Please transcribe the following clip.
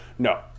No